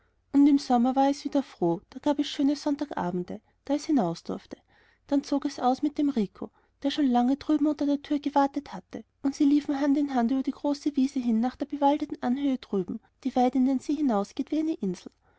und im sommer war es wieder froh da gab es schöne sonntagabende da es hinaus durfte dann zog es aus mit dem rico der schon lange drüben unter der tür gewartet hatte und sie liefen hand in hand über die große wiese hin nach der bewaldeten anhöhe drüben die weit in den see hinausgeht wie eine insel